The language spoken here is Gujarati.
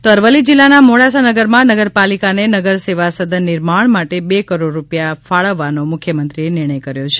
તો અરવલ્લી જિલ્લાના મોડાસાનગરમાં નગરપાલિકાને નગરસેવાસદન નિર્માણ માટે બે કરોડ રૂપિયા ફાળવવાનો મુખ્યમંત્રીએ નિર્ણય કર્યો છે